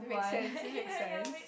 sense it makes sense